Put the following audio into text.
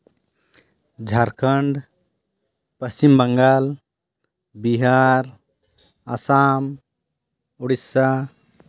Jharkhand Paschimbangal Bihar Assam Odisha